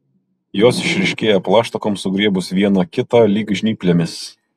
jos išryškėja plaštakoms sugriebus viena kitą lyg žnyplėmis